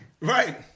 Right